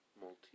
multi